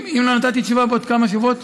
אם לא נתתי תשובה בעוד כמה שבועות,